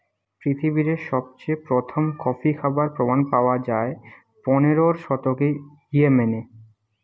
পৃথিবীরে সবচেয়ে প্রথম কফি খাবার প্রমাণ পায়া যায় পনেরোর শতকে ইয়েমেনে